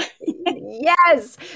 Yes